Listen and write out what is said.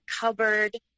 cupboard